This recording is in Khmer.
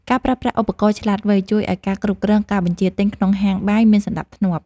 ការប្រើប្រាស់ឧបករណ៍ឆ្លាតវៃ ជួយឱ្យការគ្រប់គ្រងការបញ្ជាទិញក្នុងហាងបាយមានសណ្ដាប់ធ្នាប់។